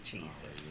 Jesus